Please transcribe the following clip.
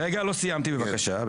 רגע, לא סיימתי בבקשה.